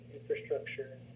infrastructure